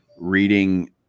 reading